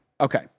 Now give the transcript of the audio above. Okay